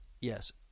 yes